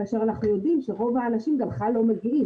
כאשר אנחנו יודעים שרוב האנשים בכלל לא מגיעים.